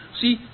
See